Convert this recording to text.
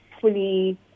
fully